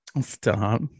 Stop